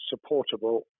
supportable